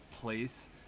place